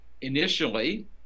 initially